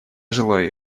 желаю